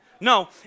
No